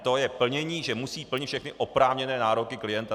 To je plnění, že musí plnit všechny oprávněné nároky klienta.